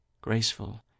graceful